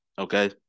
Okay